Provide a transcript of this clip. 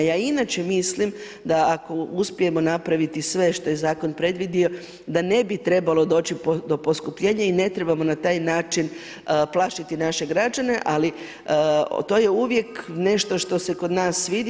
Ja inače mislim da ako uspijemo napraviti sve što je zakon predvidio da ne bi trebalo doći do poskupljenja i ne trebamo na taj način plašiti naše građane, ali to je uvijek nešto što se kod nas vidi.